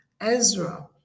Ezra